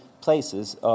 places